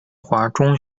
华中